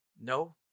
no